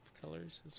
colors